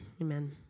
amen